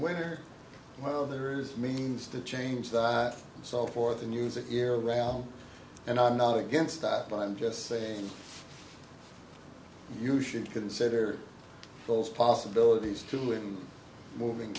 waiter well there is means to change the i so forth and use it year round and i'm not against that but i'm just saying you should consider those possibilities to him moving